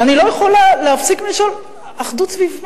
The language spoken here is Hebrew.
ואני לא יכולה להפסיק לשאול: אחדות סביב מה?